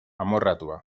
amorratua